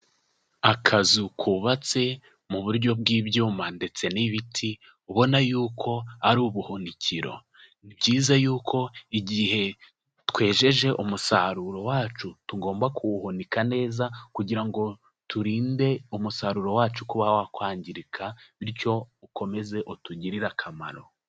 Akazu kubatse mu buryo bw'ibyuma ndetse n'ibiti, ubona yuko ari ubuhunikiro. Ni byiza yuko igihe twejeje umusaruro wacu tugomba kuwuhunika neza, kugira ngo turinde umusaruro wacu kuba wakwangirika, bityo ukomeze utugirire akamaro.